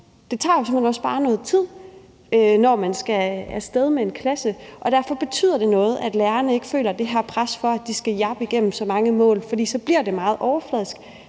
Det tager jo simpelt hen også bare noget tid, når man skal af sted med en klasse, og derfor betyder det noget, at lærerne ikke føler det her pres for, at de skal jappe igennem så mange mål. For så bliver det meget overfladisk.